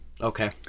Okay